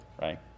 right